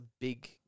big